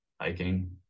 hiking